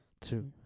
two